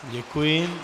Děkuji.